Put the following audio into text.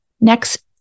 Next